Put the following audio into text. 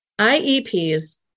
IEPs